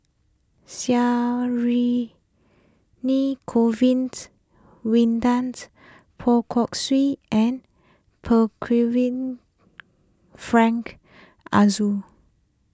Govins Winodans Poh Kay Swee and Frank Aroozoo